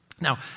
Now